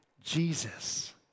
Jesus